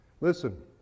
Listen